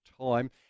time